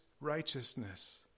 righteousness